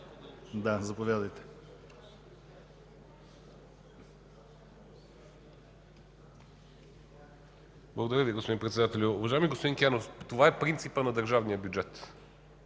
ИВАЙЛО КАЛФИН: Благодаря Ви, господин Председател. Уважаеми господин Кенов, това е принципът на държавния бюджет